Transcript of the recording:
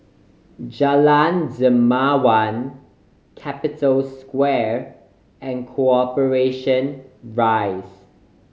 Jalan Dermawan Capital Square and Corporation Rise